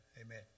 Amen